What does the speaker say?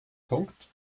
punkt